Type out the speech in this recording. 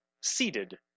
seated